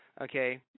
okay